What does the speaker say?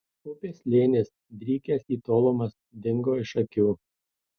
upės slėnis drykęs į tolumas dingo iš akių